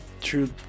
True